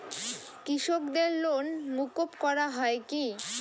কৃষকদের লোন মুকুব করা হয় কি?